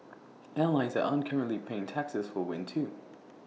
airlines that aren't currently paying taxes will win too